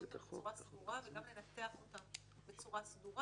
אותם בצורה סדורה וגם לנתח אותם בצורה סדורה,